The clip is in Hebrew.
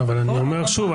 שוב,